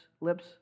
lips